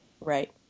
Right